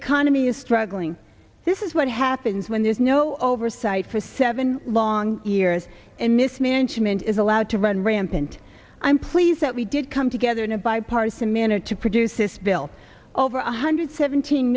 economy is struggling this is what happens when there's no oversight for seven long years and mismanagement is allowed to run rampant i'm pleased that we did come together in a bipartisan manner to produce this bill over one hundred seventeen